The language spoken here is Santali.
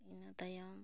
ᱤᱱᱟᱹ ᱛᱟᱭᱚᱢ